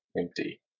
empty